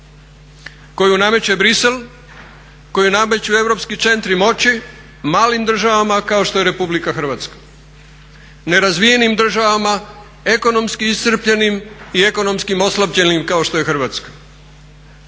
koju nameće Bruxelles, koju nameću europski centri moći malim državama kao što je RH, nerazvijenim državama, ekonomski iscrpljenim i ekonomski oslabljenim kao što je Hrvatska?